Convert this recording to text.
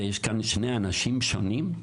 כאן שני אנשים שונים.